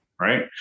right